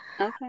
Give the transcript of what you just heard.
Okay